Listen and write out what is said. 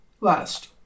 Last